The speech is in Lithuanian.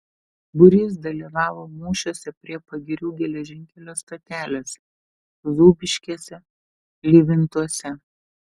būrys dalyvavo mūšiuose prie pagirių geležinkelio stotelės zūbiškėse livintuose